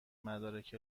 مدارک